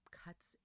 cuts